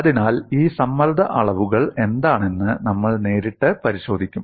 അതിനാൽ ഈ സമ്മർദ്ദ അളവുകൾ എന്താണെന്ന് നമ്മൾ നേരിട്ട് പരിശോധിക്കും